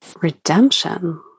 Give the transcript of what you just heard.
redemption